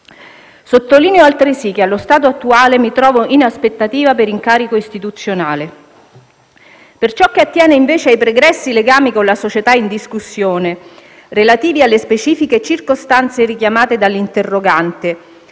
Sottolineo altresì che, allo stato attuale, mi trovo in aspettativa per incarico istituzionale. Per ciò che attiene invece ai pregressi legami con la società in discussione, relativi alle specifiche circostanze richiamate dall'interrogante,